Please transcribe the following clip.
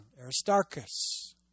Aristarchus